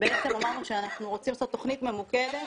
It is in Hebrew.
ובעצם אמרנו שאנחנו רוצים לעשות תכנית ממוקדת